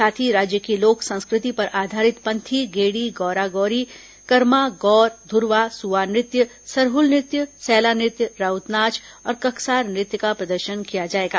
साथ ही राज्य की लोक संस्कृति पर आधारित पंथी गेड़ी गौरी गौरा करमा गौर धुरवा सुआ नृत्य सरहुल नृत्य सैला नृत्य राउत नाच और ककसार नृत्य का प्रदर्शन किया जाएगा